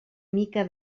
mica